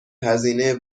هزینه